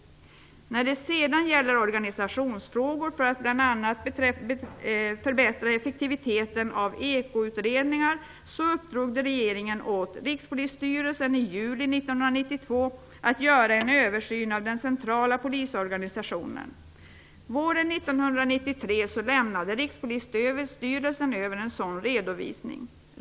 När det sedan gäller organisationsfrågor för att bl.a. förbättra effektiviteten av ekoutredningar uppdrog regeringen åt Rikspolisstyrelsen i juli 1992 att göra en översyn av den centrala polisorganisationen. Våren 1993 lämnade Rikspolisstyrelsen över en sådan redovisning.